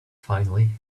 finally